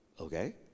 okay